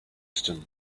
system